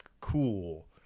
cool